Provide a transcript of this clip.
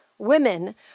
women